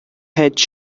heads